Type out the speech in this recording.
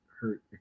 hurt